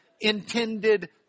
intended